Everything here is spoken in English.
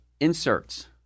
inserts